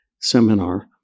seminar